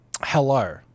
Hello